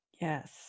Yes